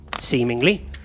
seemingly